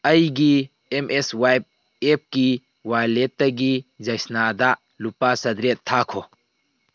ꯑꯩꯒꯤ Mswipe ꯑꯦꯞꯀꯤ ꯋꯥꯜꯂꯦꯠꯇꯒꯤ ꯌꯥꯏꯁꯅꯥꯗ ꯂꯨꯄꯥ ꯆꯥꯇ꯭ꯔꯦꯠ ꯊꯥꯈꯣ